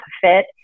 fit